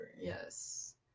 Yes